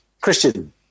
Christian